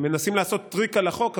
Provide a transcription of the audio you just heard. מנסים לעשות טריק על החוק,